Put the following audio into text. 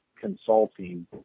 consulting